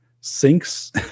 sinks